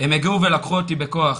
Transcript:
הם הגיעו ולקחו אותי בכוח.